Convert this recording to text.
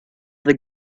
the